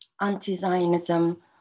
anti-Zionism